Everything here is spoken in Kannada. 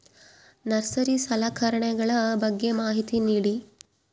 ನರ್ಸರಿ ಸಲಕರಣೆಗಳ ಬಗ್ಗೆ ಮಾಹಿತಿ ನೇಡಿ?